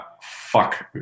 Fuck